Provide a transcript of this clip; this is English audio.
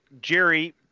jerry